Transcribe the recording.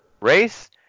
race